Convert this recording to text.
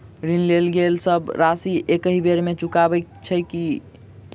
ऋण लेल गेल सब राशि एकहि बेर मे चुकाबऽ केँ छै की?